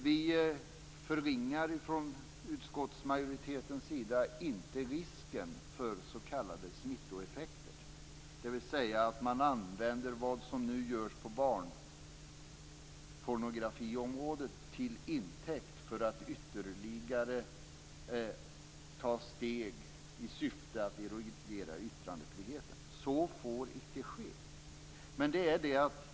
Vi förringar från utskottsmajoritetens sida inte risken för s.k. smittoeffekter, dvs. att man tar det som nu görs på barnpornografiområdet till intäkt för att ta ytterligare steg i syfte att erodera yttrandefriheten. Så får icke ske.